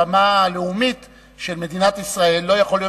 ברמה לאומית של מדינת ישראל לא יכול להיות